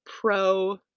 pro